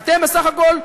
ואתם בסך הכול,